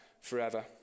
forever